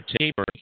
taper